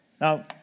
Now